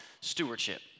stewardship